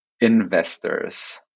investors